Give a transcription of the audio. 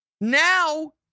Now